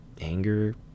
anger